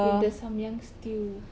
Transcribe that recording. with the samyang stew